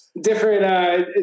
different